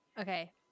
Okay